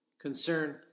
concern